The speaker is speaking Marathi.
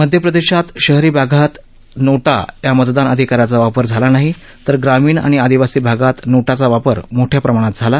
मध्यप्रदेशात शहरी भागात नोटा या मतदान अधिकाराचा वापर झाला नाही तर ग्रामीण आणि आदिवासी भागात नोटा चा वापर मोठया प्रमाणात झाला